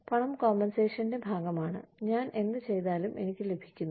പണം കോമ്പൻസേഷന്റെ ഭാഗമാണ് ഞാൻ എന്ത് ചെയ്താലും എനിക്ക് ലഭിക്കുന്നു